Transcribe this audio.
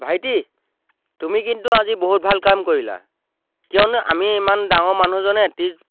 ভাইটি তুমি কিন্তু আজি বহুত ভাল কাম কৰিলা কিয়নো আমি ইমান ডাঙৰ মানুহজনে